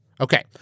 Okay